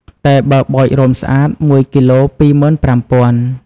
តែបើបោចរោមស្អាត ១គីឡូ ២៥០០០។